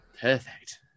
perfect